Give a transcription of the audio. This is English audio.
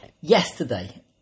yesterday